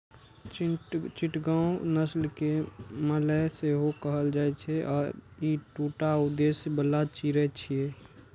चिटगांव नस्ल कें मलय सेहो कहल जाइ छै आ ई दूटा उद्देश्य बला चिड़ै छियै